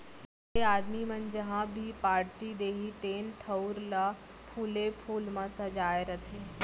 बड़े आदमी मन जहॉं भी पारटी देहीं तेन ठउर ल फूले फूल म सजाय रथें